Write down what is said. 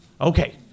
Okay